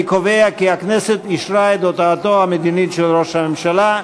אני קובע כי הכנסת אישרה את הודעתו המדינית של ראש הממשלה.